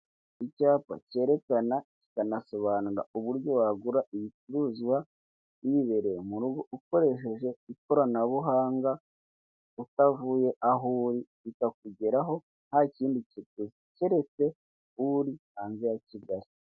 Icyapa cyerekana, kikanasobanura uburyo wagura ibicuruzwa, wibereye mu rugo, ukoresheje ikoranabuhanga, utavuye aho uri, bikakugeraho nta kindi kiguzi. Kereze uri hanze ya Kigali.